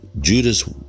Judas